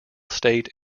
state